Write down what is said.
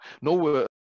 no